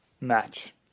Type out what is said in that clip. match